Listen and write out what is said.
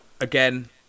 again